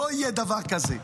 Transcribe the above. לא יהיה דבר כזה.